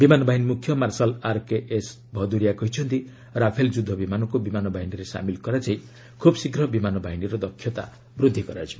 ବିମାନବାହିନୀ ମୁଖ୍ୟ marshal RKS Bhadauria କହିଛନ୍ତି Rafale ଯୁଦ୍ଧ ବିମାନକୁ ବିମାନ ବାହିନୀରେ ସାମିଲ କରାଯାଇ ଖୁବ୍ ଶୀଘ୍ର ବିମାନ ବାହିନୀର ଦକ୍ଷତା ବୃଦ୍ଧି କରାଯିବ